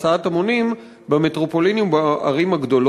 ציבוריות מטרופוליניות ולמתן הסמכויות הדרושות